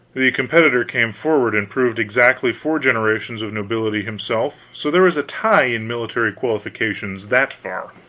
the competitor came forward and proved exactly four generations of nobility himself. so there was tie in military qualifications that far.